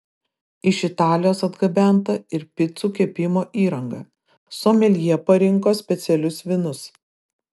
iš italijos atgabenta ir picų kepimo įranga someljė parinko specialius vynus